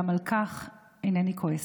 גם על כך אינני כועסת.